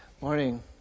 morning